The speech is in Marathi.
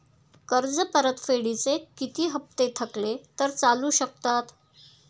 कर्ज परतफेडीचे किती हप्ते थकले तर चालू शकतात?